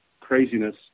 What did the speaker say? craziness